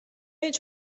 هیچ